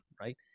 right